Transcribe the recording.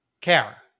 Care